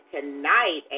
tonight